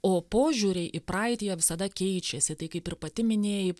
o požiūriai į praeitį jie visada keičiasi tai kaip ir pati minėjai